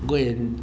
go and